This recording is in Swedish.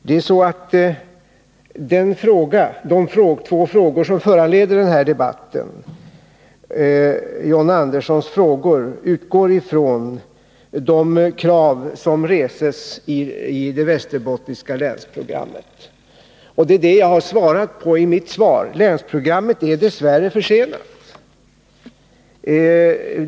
John Anderssons två frågor som har föranlett denna debatt utgår från de krav som restes i det västerbottniska länsprogrammet, och det är det jag har svarat på. Nr 14 Länsprogrammet är dess värre försenat.